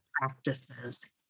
practices